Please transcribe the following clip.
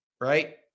Right